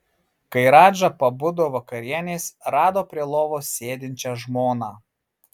kai radža pabudo vakarienės rado prie lovos sėdinčią žmoną